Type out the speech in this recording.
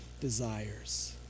desires